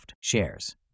shares